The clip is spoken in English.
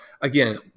again